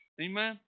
Amen